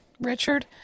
Richard